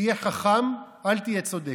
תהיה חכם, אל תהיה צודק.